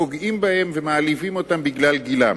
פוגעים בהם ומעליבים אותם בגלל גילם.